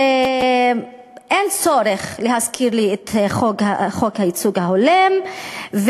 אין צורך להזכיר לי את חוק הייצוג ההולם,